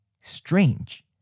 strange